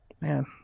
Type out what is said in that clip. Man